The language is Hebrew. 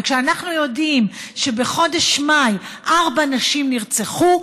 וכשאנחנו יודעים שבחודש מאי ארבע נשים נרצחו,